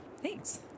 thanks